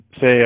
say